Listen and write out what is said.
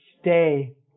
stay